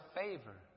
favor